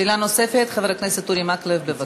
שאלה נוספת, חבר הכנסת אורי מקלב, בבקשה.